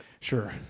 Sure